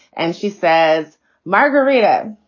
and she says marguerita